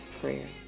prayer